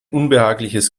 unbehagliches